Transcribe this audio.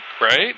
right